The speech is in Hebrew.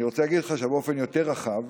אני רוצה להגיד לך שבאופן יותר רחב,